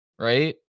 right